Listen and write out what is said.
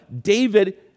David